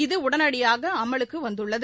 இது உடனடியாக அமலுக்குவந்துள்ளது